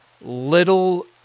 little